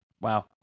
Wow